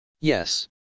Yes